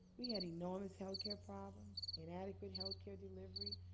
we had enormous health care problems, inadequate health care delivery,